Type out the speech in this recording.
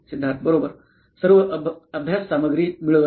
सिद्धार्थ बरोबर सर्व अभ्यास सामग्री मिळवणे